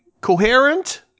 coherent